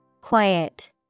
Quiet